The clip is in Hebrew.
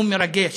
נאום מרגש,